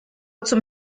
zum